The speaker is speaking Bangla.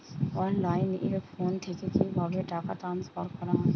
অনলাইনে ফোন থেকে কিভাবে টাকা ট্রান্সফার করা হয়?